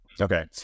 Okay